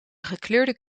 gekleurde